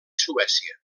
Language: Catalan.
suècia